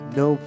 no